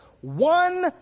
one